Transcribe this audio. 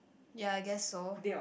ya I guess so